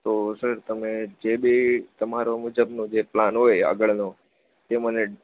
તો સર તમે જે બી તમારો મુજબનું જે પ્લાન હોય આગળનો તે મને